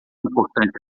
importante